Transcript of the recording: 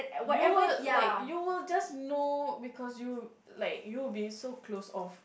you will like you will just know because you'll like you'll be so close off